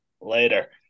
later